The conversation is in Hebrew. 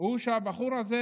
הוא שהבחור הזה,